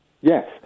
Yes